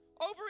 Over